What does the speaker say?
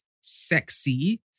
sexy